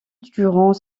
durant